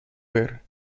ver